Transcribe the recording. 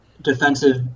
defensive